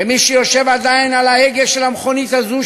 כמי שיושב עדיין על ההגה של המכונית הזאת,